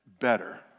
better